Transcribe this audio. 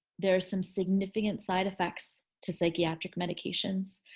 there are some significant side effects to psychiatric medications.